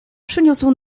przyniósł